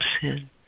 sin